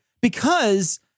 because-